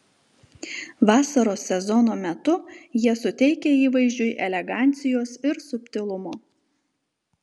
vasaros sezono metu jie suteikia įvaizdžiui elegancijos ir subtilumo